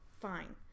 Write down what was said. fine